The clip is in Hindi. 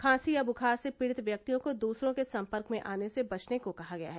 खांसी या बुखार से पीड़ित व्यक्तियों को दूसरों के सम्पर्क में आने से बचने को कहा गया है